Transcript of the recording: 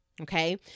okay